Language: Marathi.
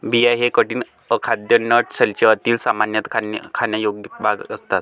बिया हे कठीण, अखाद्य नट शेलचे आतील, सामान्यतः खाण्यायोग्य भाग असतात